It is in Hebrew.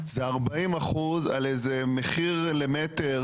אז עושים כי אין ברירה, ולא עושים מספיק אגב.